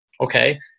Okay